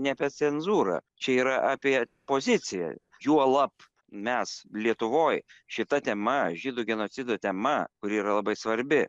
ne apie cenzūrą čia yra apie poziciją juolab mes lietuvoj šita tema žydų genocido tema kuri yra labai svarbi